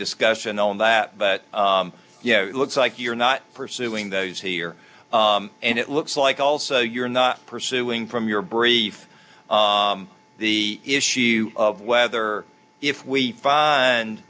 discussion on that but yeah it looks like you're not pursuing those here and it looks like also you're not pursuing from your brief the issue of whether if we find